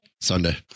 Sunday